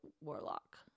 warlock